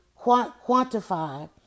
quantify